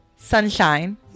sunshine